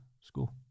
school